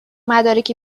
مدارک